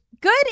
Good